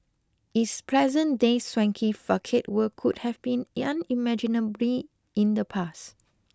its present day swanky facade would could have been unimaginably in the past